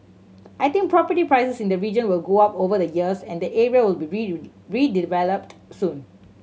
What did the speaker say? I think property prices in the region will go up over the years and the area will be redeveloped soon